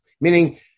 Meaning